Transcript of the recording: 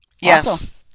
Yes